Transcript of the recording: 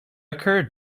occurred